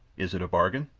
is it a bargain?